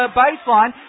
baseline